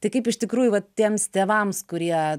tai kaip iš tikrųjų vat tiems tėvams kurie